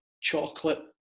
chocolate